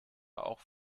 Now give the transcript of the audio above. auch